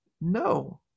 No